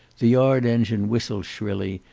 the yard-engine whistled shrilly.